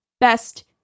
Best